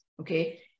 Okay